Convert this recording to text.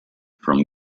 from